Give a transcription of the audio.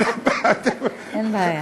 למה אתם, אין בעיה.